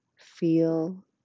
Feel